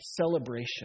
celebration